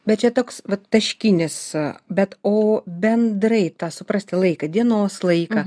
bet čia toks taškinis bet o bendrai tą suprasti laiką dienos laiką